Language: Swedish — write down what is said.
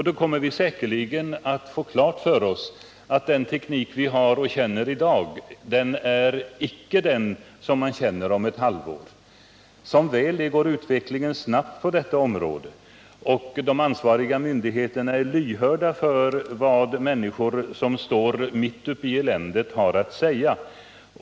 Då kommer vi säkerligen att få klart för oss att den teknik som vi har och känner till i dag icke är den som är känd om ett halvår. Som väl är går utvecklingen snabbt på detta område, och de ansvariga myndigheterna är lyhörda för vad människor som står mitt uppe i eländet har att säga.